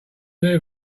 knew